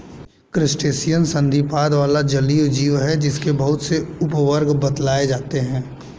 crustacean संधिपाद वाला जलीय जीव है जिसके बहुत से उपवर्ग बतलाए जाते हैं